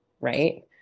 Right